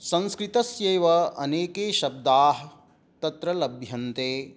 संस्कृतस्यैव अनेके शब्दाः तत्र लभ्यन्ते